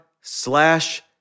slash